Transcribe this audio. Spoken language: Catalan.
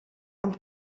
amb